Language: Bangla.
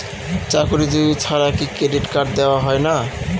চাকুরীজীবি ছাড়া কি ক্রেডিট কার্ড দেওয়া হয় না?